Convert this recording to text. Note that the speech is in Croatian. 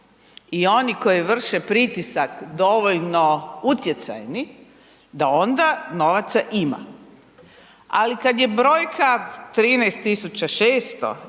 i oni koji vrše pritisak dovoljno utjecajni, da onda novaca ima. Ali, kad je brojka 13 600